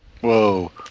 Whoa